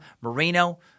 Marino